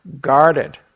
guarded